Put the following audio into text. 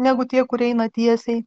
negu tie kurie eina tiesiai